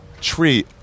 tree